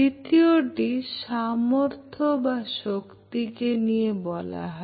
দ্বিতীয় টি সামর্থ্য বা শক্তিকে নিয়ে বলা হয়